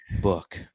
book